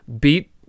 beat